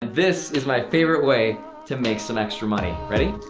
this is my favorite way to make some extra money, ready?